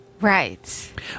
right